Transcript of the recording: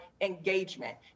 engagement